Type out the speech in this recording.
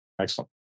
Excellent